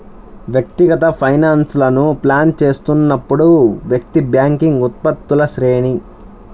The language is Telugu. వ్యక్తిగత ఫైనాన్స్లను ప్లాన్ చేస్తున్నప్పుడు, వ్యక్తి బ్యాంకింగ్ ఉత్పత్తుల శ్రేణి